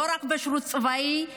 לא רק בשירות הצבאי,